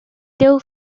teu